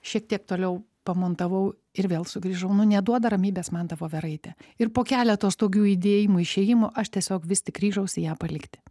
šiek tiek toliau pamontavau ir vėl sugrįžau nu neduoda ramybes man ta voveraitė ir po keletos tokių įdėjimų išėjimų aš tiesiog vis tik ryžausi ją palikti